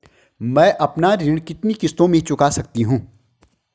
मैं अपना ऋण कितनी किश्तों में चुका सकती हूँ?